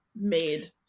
Made